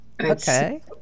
okay